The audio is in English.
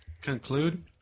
conclude